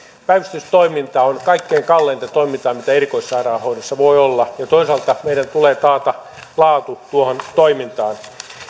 päivystystoiminta on kaikkein kalleinta toimintaa mitä erikoissairaanhoidossa voi olla ja toisaalta meidän tulee taata laatu tuohon toimintaan